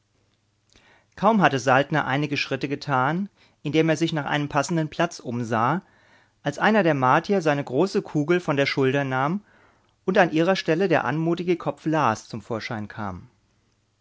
kaum hatte saltner einige schritte getan indem er sich nach einem passenden platz umsah als einer der martier seine große kugel von der schulter nahm und an ihrer stelle der anmutige kopf las zum vorschein kam